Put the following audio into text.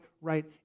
right